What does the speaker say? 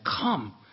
come